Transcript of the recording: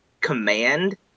command